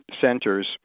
centers